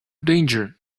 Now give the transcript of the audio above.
danger